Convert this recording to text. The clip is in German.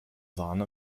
sahne